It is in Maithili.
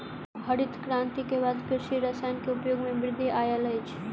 हरित क्रांति के बाद कृषि रसायन के उपयोग मे वृद्धि आयल अछि